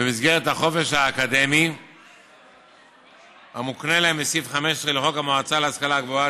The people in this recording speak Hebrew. במסגרת החופש האקדמי המוקנה להם בסעיף 15 לחוק המועצה להשכלה גבוהה,